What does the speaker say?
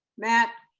matt.